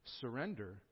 Surrender